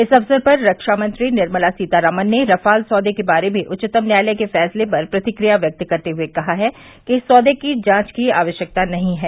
इस अवसर पर ख्रामंत्री निर्मला सीतारामन ने राफाल सौदे के बारे में उच्चतम न्यायालय के फैसले पर प्रतिक्रिया व्यक्त करते हुए कहा है कि इस सौदे की जांच की आवश्यकता नहीं है